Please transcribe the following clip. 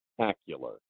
spectacular